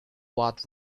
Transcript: what